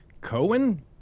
Cohen